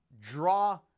draw